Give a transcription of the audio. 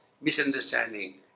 misunderstanding